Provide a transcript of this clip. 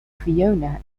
fiona